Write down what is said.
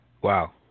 Wow